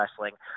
wrestling